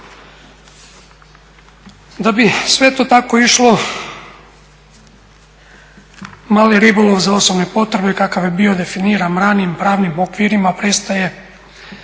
Da bi sve to tako išlo mali ribolov za osobne potrebe kakav je bio definiran ranijim pravnim okvirima prestaje